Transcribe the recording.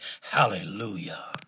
Hallelujah